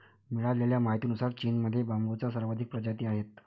मिळालेल्या माहितीनुसार, चीनमध्ये बांबूच्या सर्वाधिक प्रजाती आहेत